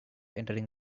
entering